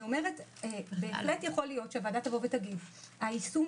בהחלט יכול להיות שהוועדה תגיד שהיישום